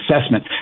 assessment